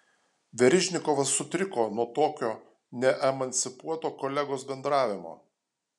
verižnikovas sutriko nuo tokio neemancipuoto kolegos bendravimo